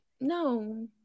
no